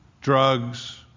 drugs